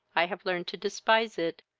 i have learned to despise it,